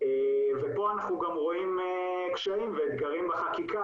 ופה אנחנו רואים גם קשיים ואתגרים בחקיקה,